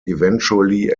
eventually